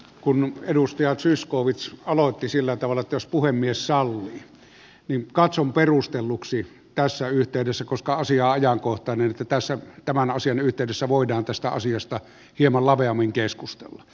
kun edustaja zyskowicz aloitti sillä tavalla että jos puhemies sallii niin katson perustelluksi tässä yhteydessä koska asia on ajankohtainen että tässä tämän asian yhteydessä voidaan asiasta hieman laveammin keskustella